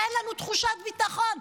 אין לנו תחושת ביטחון,